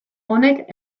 honek